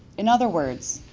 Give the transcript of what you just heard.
in other words,